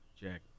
Jack